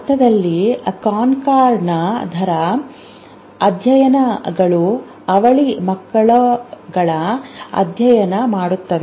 ಅರ್ಥದಲ್ಲಿ ಕಾನ್ಕಾರ್ಡೆನ್ಸ್ ದರ ಅಧ್ಯಯನಗಳು ಅವಳಿ ಮಕ್ಕಳನ್ನು ಅಧ್ಯಯನ ಮಾಡುತ್ತವೆ